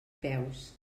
peus